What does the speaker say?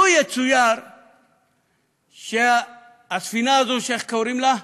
לו יצויר שהספינה הזאת, איך קוראים לה?